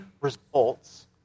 results